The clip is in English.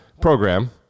program